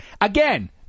Again